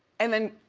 and then,